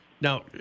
now